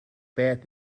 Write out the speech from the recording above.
beth